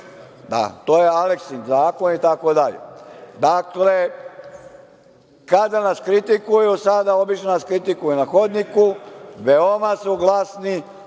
To je Aleksin zakon itd. Dakle, kada nas kritikuju, sada obično nas kritikuju na hodniku, veoma su glasni,